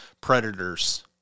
predators